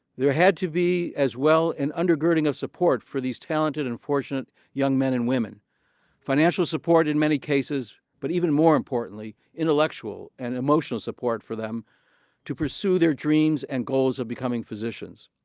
there had to be as well an undergirding of support for these talented and fortunate young men and women financial support in many cases, but even more importantly intellectual and emotional support for them to pursue their dreams and goals of becoming physicians.